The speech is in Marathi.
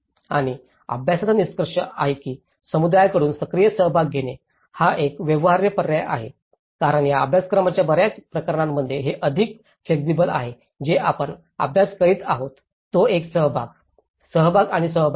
आणि अभ्यासाचा निष्कर्ष आहे की समुदायाकडून सक्रिय सहभाग घेणे हा एक व्यवहार्य पर्याय आहे कारण या अभ्यासक्रमाच्या बर्याच प्रकरणांमध्ये हे अधिक फ्लेक्सिबल आहे जे आपण अभ्यास करीत आहोत तो एक सहभाग सहभाग आणि सहभाग आहे